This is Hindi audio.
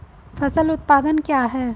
फसल उत्पादन क्या है?